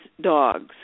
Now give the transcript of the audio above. dogs